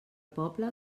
poble